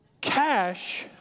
Cash